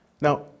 Now